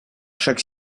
chaque